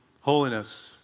Holiness